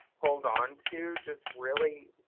hold on to just really